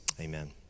Amen